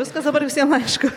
viskas dabar visiem aišku